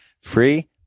free